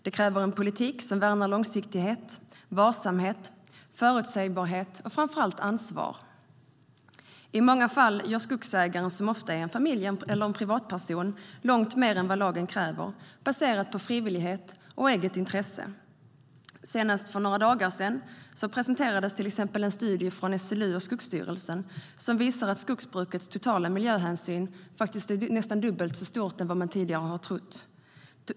Det kräver en politik som värnar långsiktighet, varsamhet, förutsägbarhet och framför allt ansvar. Senast för några dagar sedan presenterades en studie från SLU och Skogsstyrelsen som visar att skogsbrukets totala miljöhänsyn är nästan dubbelt så stor som man tidigare har trott.